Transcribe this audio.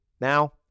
Now